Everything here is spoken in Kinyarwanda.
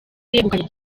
yegukanye